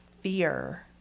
fear